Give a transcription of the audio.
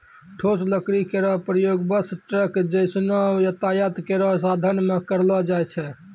ठोस लकड़ी केरो प्रयोग बस, ट्रक जैसनो यातायात केरो साधन म करलो जाय छै